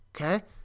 Okay